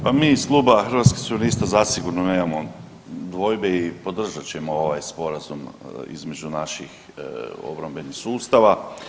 Pa mi iz Kluba Hrvatskih suverenista zasigurno nemamo dvojbe i podržat ćemo ovaj sporazum između naših obrambenih sustava.